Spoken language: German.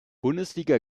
bundesliga